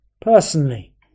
personally